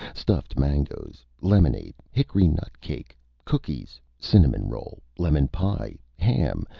stuffed mangoes, lemonade, hickory-nut cake, cookies, cinnamon roll, lemon pie, ham,